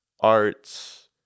arts